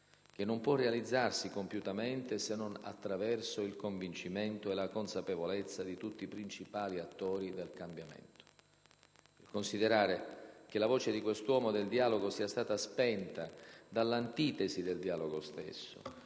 che non può realizzarsi compiutamente se non attraverso il convincimento e la consapevolezza di tutti i principali attori del cambiamento. Il considerare che la voce di quest'uomo del dialogo sia stata spenta dall'antitesi del dialogo stesso,